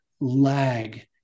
lag